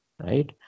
right